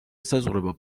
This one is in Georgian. ესაზღვრება